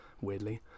weirdly